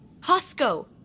Hosko